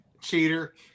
Cheater